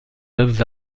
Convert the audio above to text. œuvres